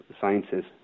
sciences